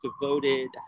devoted